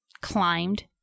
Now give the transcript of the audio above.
climbed